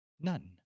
none